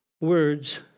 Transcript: words